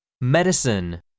Medicine